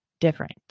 different